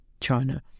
China